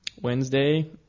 Wednesday